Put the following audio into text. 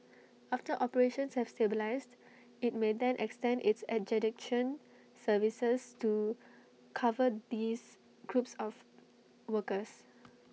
after operations have stabilised IT may then extend its adjudication services to cover these groups of workers